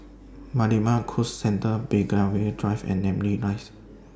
Marina Bay Cruise Centre Belgravia Drive and Namly Rise